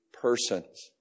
persons